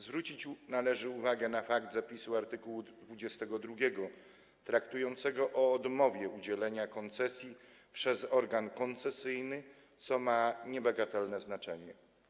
Zwrócić należy uwagę na fakt zapisu art. 22 traktującego o odmowie udzielenia koncesji przez organ koncesyjny, co ma niebagatelne znaczenie.